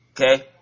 Okay